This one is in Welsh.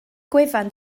gwefan